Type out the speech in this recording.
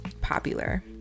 popular